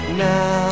now